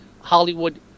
Hollywood